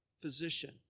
physician